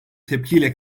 tepkiyle